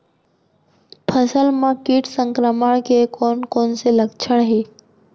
फसल म किट संक्रमण के कोन कोन से लक्षण हे?